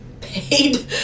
paid